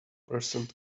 percent